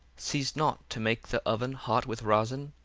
ceased not to make the oven hot with rosin,